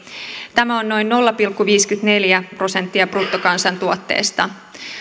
tämä on noin nolla pilkku viisikymmentäneljä prosenttia bruttokansantuotteesta